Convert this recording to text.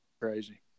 Crazy